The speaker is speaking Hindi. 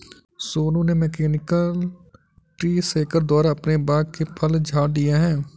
सोनू ने मैकेनिकल ट्री शेकर द्वारा अपने बाग के फल झाड़ लिए है